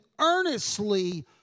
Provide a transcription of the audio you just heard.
earnestly